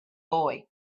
boy